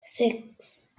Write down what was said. six